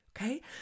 Okay